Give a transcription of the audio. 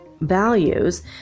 values